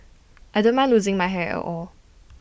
I don't mind losing my hair at all